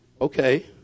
okay